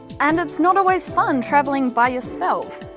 and it's not always fun travelling by yourself.